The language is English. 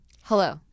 Hello